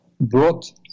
brought